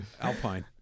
Alpine